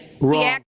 wrong